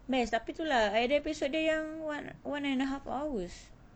best tapi tu lah ada episode dia yang one one and a half hours